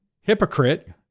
hypocrite